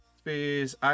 space